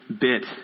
bit